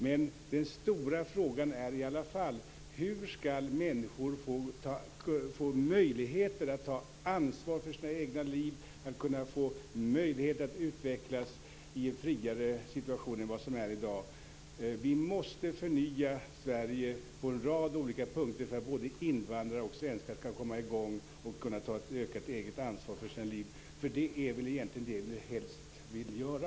Men den stora frågan är i alla fall hur människor skall få möjlighet att ta ansvar för sina egna liv och att utvecklas i en friare situation än i dag. Vi måste förnya Sverige på en rad olika punkter för att både invandrare och svenskar skall komma i gång och kunna ta ett ökat eget ansvar för sina liv. Det är väl egentligen det som vi helst vill göra.